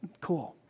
cool